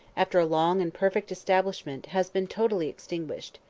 after a long and perfect establishment, has been totally extinguished.